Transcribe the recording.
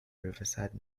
riverside